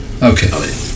Okay